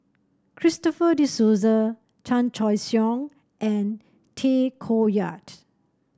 Christopher De Souza Chan Choy Siong and Tay Koh Yat